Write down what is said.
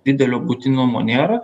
didelio būtinumo nėra